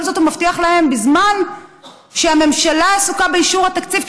את כל זאת הוא מבטיח להם בזמן שהממשלה עסוקה באישור התקציב,